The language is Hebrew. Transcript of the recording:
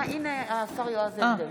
הינה השר יועז הנדל.